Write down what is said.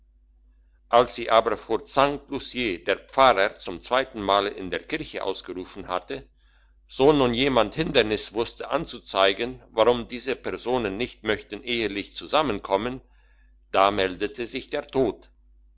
als sie aber vor sankt luciä der pfarrer zum zweiten male in der kirche ausgerufen hatte so nun jemand hindernis wüßte anzuzeigen warum diese personen nicht möchten ehelich zusammenkommen da meldete sich der tod